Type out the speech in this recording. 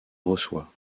reçoit